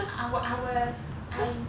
I would I were I